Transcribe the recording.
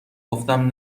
گفتم